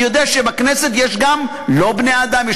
ואני יודע שבכנסת יש גם לא בני-אדם,